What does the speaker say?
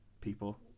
people